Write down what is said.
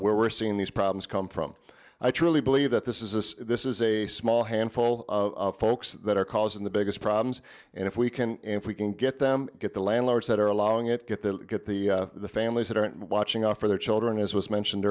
where we're seeing these problems come from i truly believe that this is this this is a small handful of folks that are causing the biggest problems and if we can and if we can get them get the landlords that are allowing it get the get the families that aren't watching out for their children as was mentioned